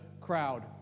crowd